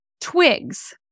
twigs